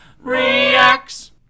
reacts